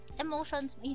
emotions